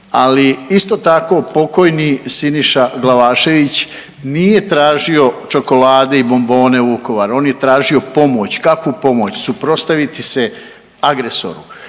Ali isto tako pokojni Siniša Glavašević nije tražio čokolade i bombone u Vukovaru. On je tražio pomoć. Kakvu pomoć? Suprotstaviti se agresoru.